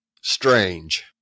strange